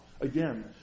again